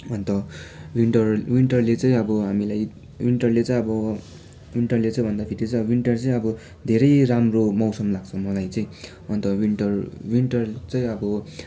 अन्त विन्टर विन्टरले चाहिँ अब हामीलाई विन्टरले चाहिँ अब विन्टरले चाहिँ भन्दाखेरि चाहिँ विन्टर चाहिँ अब धेरै राम्रो मौसम लाग्छ मलाई चाहिँ अन्त विन्टर विन्टर चाहिँ अब